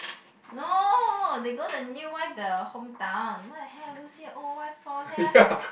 no they go to the new wife the hometown what the hell you go see the old wife for sia